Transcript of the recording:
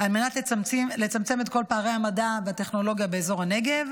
לצמצום פערי המדע והטכנולוגיה באזור הנגב.